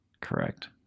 Correct